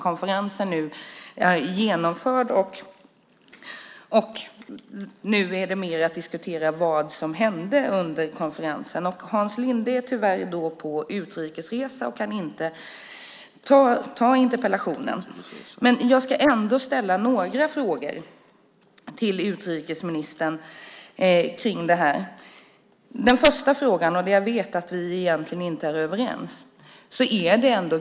Konferensen har nu genomförts, och nu är det mer fråga om att diskutera vad som hände under konferensen. Hans Linde är tyvärr på utrikes resa och kan inte ta emot interpellationssvaret. Jag ska ändå ställa några frågor till utrikesministern. Min första fråga gäller en sak där jag vet att vi egentligen inte är överens.